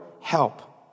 help